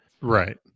Right